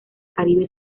caribe